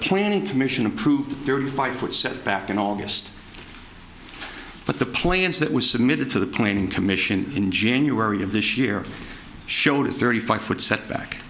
planning commission approved thirty five foot set back in august but the plans that was submitted to the planing commission in january of this year showed a thirty five foot setback